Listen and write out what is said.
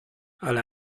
ale